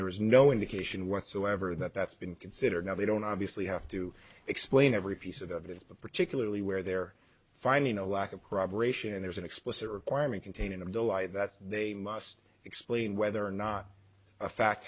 there is no indication whatsoever that that's been considered now they don't obviously have to explain every piece of evidence but particularly where they're finding a lack of corroboration and there's an explicit requirement contain and i'm delighted that they must explain whether or not a fact